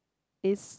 is